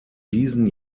diesen